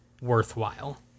worthwhile